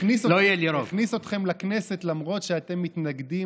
הוא הכניס אתכם לכנסת למרות שאתם מתנגדים,